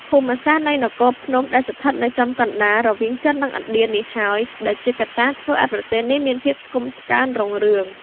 ភូមិសាស្ត្រនៃនគរភ្នំ ដែលស្ថិតនៅចំ កណ្តាលរវាងចិននិងឥណ្ឌា នេះហើយ ដែលជាកត្តាធ្វើឱ្យប្រទេសនេះមានភាពថ្កុំថ្កើងរុងរឿង។